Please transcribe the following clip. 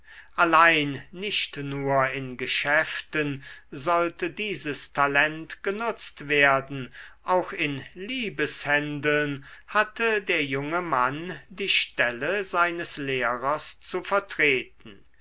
allein nicht nur in geschäften sollte dieses talent genutzt werden auch in liebeshändeln hatte der junge mann die stelle seines lehrers zu vertreten